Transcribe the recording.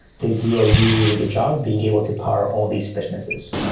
they do a really good job being able to power all these businesses.